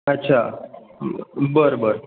अच्छा बं बरं बरं